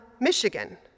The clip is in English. Michigan